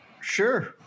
Sure